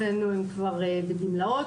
ויוכל כולו להיות מושקע בלימודיו.